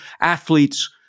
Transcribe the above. athletes